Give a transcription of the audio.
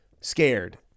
scared